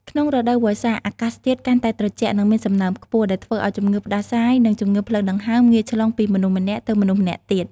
ក្នុងរដូវវស្សា អាកាសធាតុកាន់តែត្រជាក់ និងមានសំណើមខ្ពស់ ដែលធ្វើឲ្យជំងឺផ្តាសាយនិងជំងឺផ្លូវដង្ហើមងាយឆ្លងពីមនុស្សម្នាក់ទៅមនុស្សម្នាក់ទៀត។